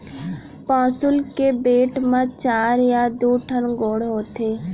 पौंसुल के बेंट म चार या दू ठन गोड़ रथे